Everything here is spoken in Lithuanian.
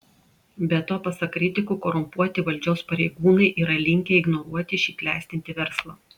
be to pasak kritikų korumpuoti valdžios pareigūnai yra linkę ignoruoti šį klestintį verslą